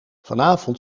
vanavond